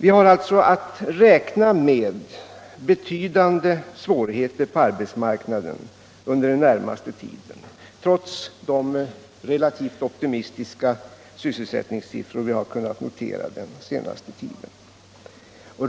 Vi har alltså att räkna med betydande svårigheter på arbetsmarknaden under den närmaste tiden, trots de relativt optimistiska sysselsättningssiffror som vi har kunnat notera på sistone, och